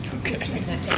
Okay